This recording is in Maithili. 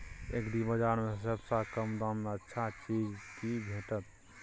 एग्रीबाजार में सबसे कम दाम में अच्छा चीज की भेटत?